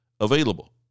available